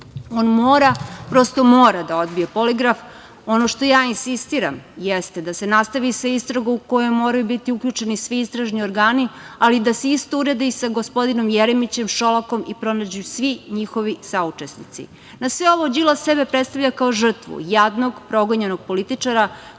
mora, prosto mora da odbije poligraf. Ono što ja insistiram jeste da se nastavi sa istragom u koju moraju biti uključeni svi istražni organi ali da se isto uradi i sa gospodinom Jeremićem, Šolakom i pronađu svi njihovi saučesnici. Na sve ovo, Đilas sebe predstavlja kao žrtvu, jadnog, progonjenog političara,